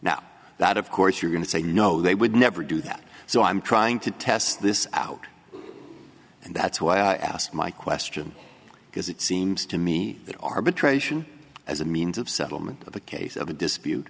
now that of course you're going to say no they would never do that so i'm trying to test this out and that's why i asked my question because it seems to me that arbitration as a means of settlement of a case of a dispute